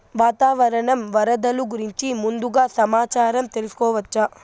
వాతావరణం వరదలు గురించి ముందుగా సమాచారం తెలుసుకోవచ్చా?